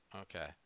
Okay